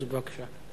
אז בבקשה.